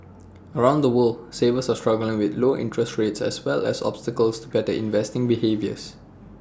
around the world savers are struggling with low interest rates as well as obstacles to better investing behaviours